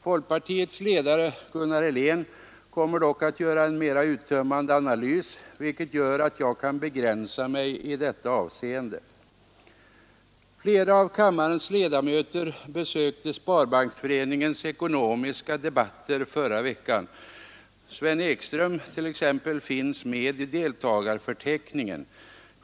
Folkpartiets ledare, Gunnar Helén, kommer dock att göra en mera uttömmande analys, vilket gör att jag kan begränsa mig i detta avseende. Flera av kammarens ledamöter besökte Sparbanksföreningens ekonomiska debatter förra veckan. Sven Ekström t.ex. finns med i deltagarförteckningen.